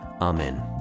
Amen